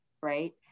right